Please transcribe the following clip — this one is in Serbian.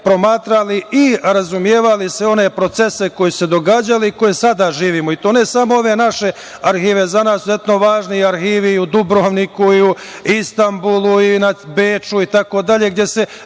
promatrali i razumevali sve one procese koji su se događali i koje sada živimo, i to ne samo ove naše arhive.Za nas su izuzetno važne i arhive u Dubrovniku, u Istambulu i u Beču i tako dalje, gde se,